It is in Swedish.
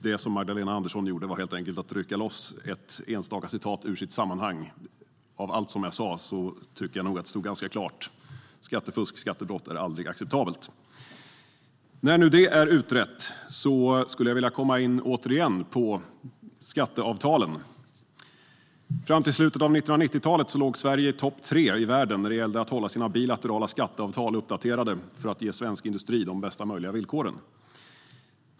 Det som Magdalena Andersson gjorde var helt enkelt att rycka loss ett enstaka citat ur sitt sammanhang. Av allt som jag sa tycker jag nog att det stod ganska klart att skattefusk och skattebrott aldrig är acceptabelt. När nu det är utrett skulle jag återigen vilja komma in på skatteavtalen. Fram till slutet av 1990-talet låg Sverige topp tre i världen när det gällde att hålla sina bilaterala skatteavtal uppdaterade för att ge svensk industri de bästa möjliga villkoren.